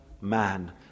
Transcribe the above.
man